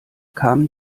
kamen